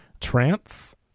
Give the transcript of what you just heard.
Trance –